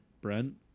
Brent